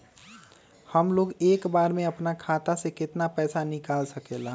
हमलोग एक बार में अपना खाता से केतना पैसा निकाल सकेला?